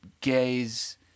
gays